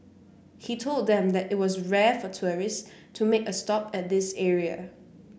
he told them that it was rare for tourist to make a stop at this area